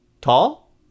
tall